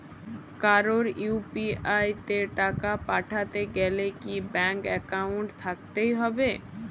কারো ইউ.পি.আই তে টাকা পাঠাতে গেলে কি ব্যাংক একাউন্ট থাকতেই হবে?